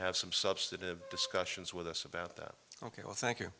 have some substantive discussions with us about that ok well thank you